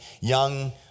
young